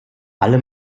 alle